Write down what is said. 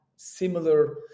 similar